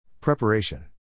Preparation